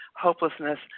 hopelessness